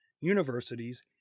universities